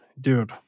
dude